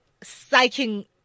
psyching